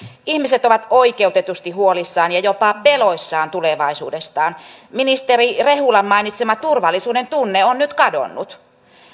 ihmiset ovat oikeutetusti huolissaan ja jopa peloissaan tulevaisuudestaan ministeri rehulan mainitsema turvallisuudentunne on nyt kadonnut